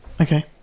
okay